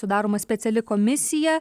sudaroma speciali komisija